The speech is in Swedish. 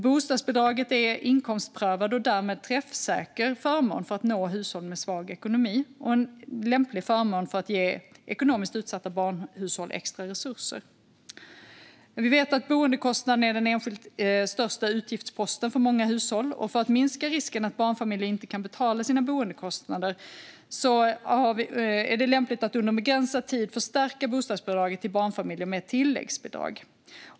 Bostadsbidraget är inkomstprövat och därmed en träffsäker förmån för att nå hushåll med svag ekonomi. Det är en lämplig förmån för att ge ekonomiskt utsatta barnhushåll extra resurser. Vi vet att boendekostnaden är den enskilt största utgiftsposten för många hushåll. För att minska risken för att barnfamiljer inte ska kunna betala sina boendekostnader är det lämpligt att under begränsad tid förstärka bostadsbidraget till barnfamiljer med ett tilläggsbidrag.